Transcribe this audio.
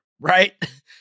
right